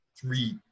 three